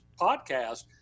podcast